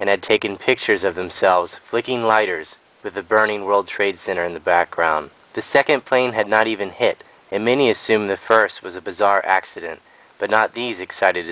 and had taken pictures of themselves flicking lighters with the burning world trade center in the background the second plane had not even hit many assume the first was a bizarre accident but not these excited